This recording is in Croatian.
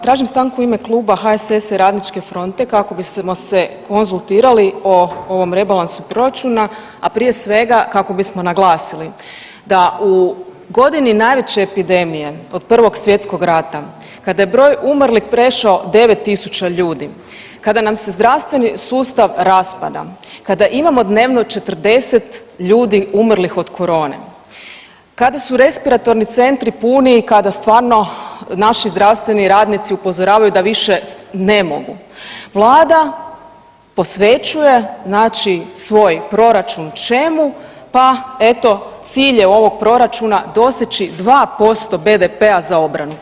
Tražim stanku u ime Kluba HSS-a i RF-a kako bismo se konzultirali o ovom rebalansu proračuna, a prije svega kako bismo naglasili da u godini najveće epidemije od Prvog svjetskog rata kada je broj umrlih prešao 9.000 ljudi, kada nam se zdravstveni sustav raspada, kada imamo dnevno 40 ljudi umrlih od korone, kada su respiratorni centri puni, kada stvarno naši zdravstveni radnici upozoravaju da više ne mogu, vlada posvećuje znači svoj proračun čemu, pa eto cilj je ovog proračuna doseći 2% BDP-a za obranu.